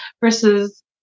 versus